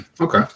Okay